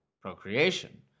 procreation